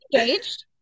engaged